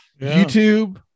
YouTube